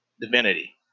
Divinity